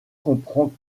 comprend